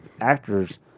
actors